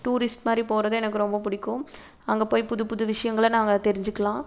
tourist மாதிரி போவது எனக்கு ரொம்ப பிடிக்கும் அங்கே போய் புது புது விஷயங்கள நாங்கள் தெரிஞ்சுக்கலாம்